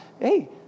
hey